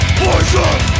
poison